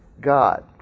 God